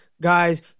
guys